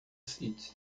city